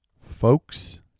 folks